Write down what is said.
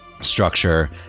structure